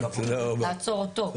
לעצור אותו,